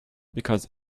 because